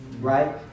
Right